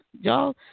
Y'all